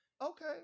okay